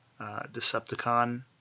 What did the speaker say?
Decepticon